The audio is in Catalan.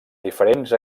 diferents